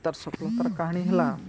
ତା'ର୍ ସଫଲତାର କାହାଣୀ ହେଲା